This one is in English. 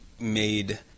made